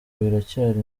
biracyari